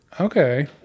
Okay